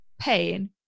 pain